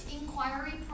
inquiry